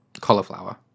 cauliflower